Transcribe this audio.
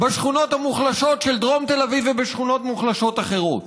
בשכונות המוחלשות של דרום תל אביב ובשכונות מוחלשות אחרות,